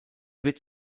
wird